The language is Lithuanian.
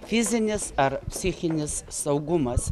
fizinis ar psichinis saugumas